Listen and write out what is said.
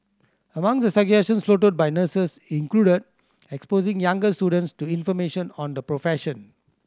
among the suggestions floated by nurses included exposing younger students to information on the profession